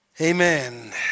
Amen